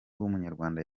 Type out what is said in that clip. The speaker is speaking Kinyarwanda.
w’umunyarwanda